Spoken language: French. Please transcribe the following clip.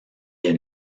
est